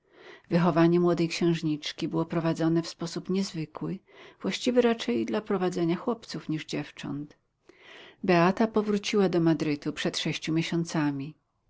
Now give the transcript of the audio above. wychowanie młodej księżniczki było prowadzone w sposób niezwykły właściwy raczej dla prowadzenia chłopców niż dziewcząt beata powróciła do madrytu przed sześciu miesiącami